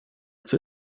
zur